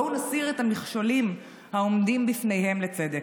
בואו נסדיר את המכשולים העומדים בפניהם לצדק.